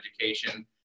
education